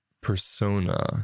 persona